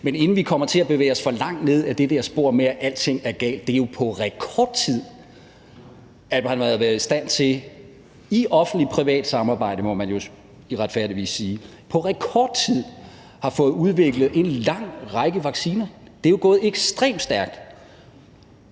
Men inden vi kommer til at bevæge os for langt ned ad det der spor med, at alting er galt, vil jeg sige, at det jo er på rekordtid, man har været i stand til i offentlig-privat samarbejde, må man retfærdigvis sige, at udvikle en lang række vacciner. Det er jo gået ekstremt stærkt.